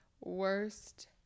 Worst